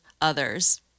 others